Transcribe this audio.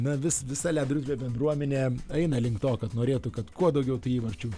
na vis visa ledo ritulio bendruomenė eina link to kad norėtų kad kuo daugiau įvarčių